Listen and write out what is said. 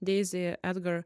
deizy edgar